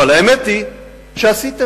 אבל האמת היא שעשיתם,